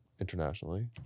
internationally